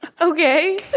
Okay